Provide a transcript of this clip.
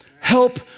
Help